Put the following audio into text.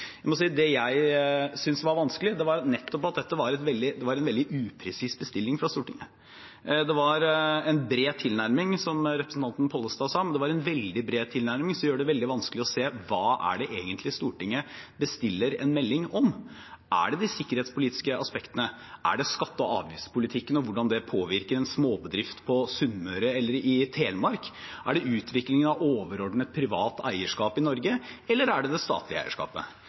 Det jeg syntes var vanskelig, var nettopp at dette var en veldig upresis bestilling fra Stortinget. Det var en bred tilnærming, som representanten Pollestad sa, men det var en veldig bred tilnærming som gjør det veldig vanskelig å se hva det er Stortinget egentlig bestiller en melding om. Er det de sikkerhetspolitiske aspektene? Er det skatte- og avgiftspolitikken og hvordan det påvirker en småbedrift på Sunnmøre eller i Telemark? Er det utviklingen av overordnet privat eierskap i Norge, eller er det det statlige eierskapet?